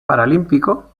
paralímpico